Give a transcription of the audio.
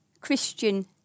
Christian